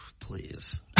please